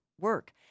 work